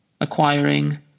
acquiring